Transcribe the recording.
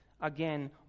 Again